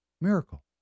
Miracle